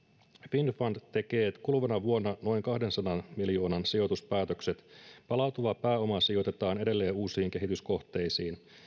finnfund tekee kuluvana vuonna noin kahdensadan miljoonan sijoituspäätökset palautuva pääoma sijoitetaan edelleen uusiin kehityskohteisiin